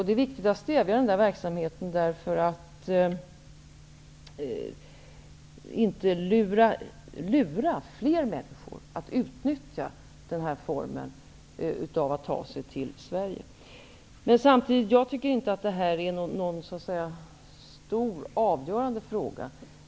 Det är viktigt att stävja sådan verksamhet för att inte lura fler människor att utnyttja den här formen av att ta sig till Sverige. Samtidigt tycker jag inte att detta är någon stor och avgörande fråga.